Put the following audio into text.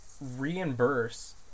reimburse